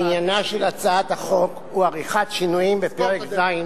עניינה של הצעת החוק הוא עריכת שינויים בפרק ז'